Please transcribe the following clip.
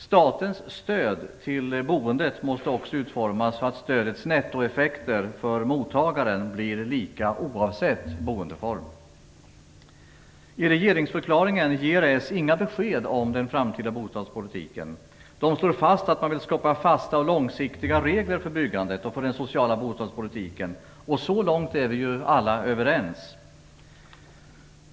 Statens stöd till boendet måste också utformas så att stödets nettoeffekter för mottagaren blir lika oavsett boendeform. Socialdemokraterna ger inga besked om den framtida bostadspolitiken i regeringsförklaringen. De slår fast att man vill skapa fasta och långsiktiga regler för byggandet och för den sociala bostadspolitiken. Så långt är vi ju alla överens.